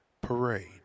parade